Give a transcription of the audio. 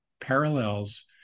parallels